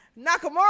nakamura